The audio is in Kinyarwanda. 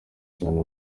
cyane